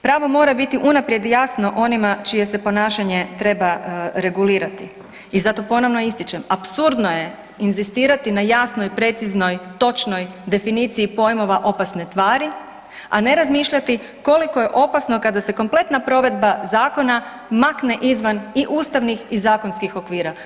Pravo mora biti unaprijed i jasno onima čije se ponašanje treba regulirati i zato ponovno ističem, apsurdno je inzistirati na jasnoj, preciznoj, točnoj definiciji pojmova opasne tvari, a ne razmišljati koliko je opasno kada se kompletna provedba Zakona makne izvan i ustavnih i zakonskih okvira.